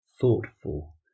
Thoughtful